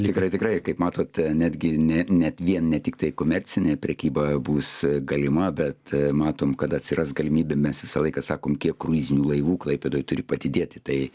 tikrai tikrai kaip matot netgi ne net vien ne tiktai komercinė prekyba bus galima bet matom kad atsiras galimybė mes visą laiką sakom kiek kruizinių laivų klaipėdoj turi padidėti tai